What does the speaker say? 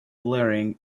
blaring